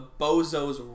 bozos